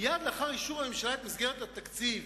מייד לאחר אישור הממשלה את מסגרת התקציב,